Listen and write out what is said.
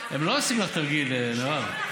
הם לא עושים לך תרגיל, מרב.